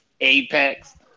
apex